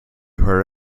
her